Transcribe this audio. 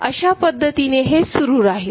अशा पद्धतीने हे सुरू राहील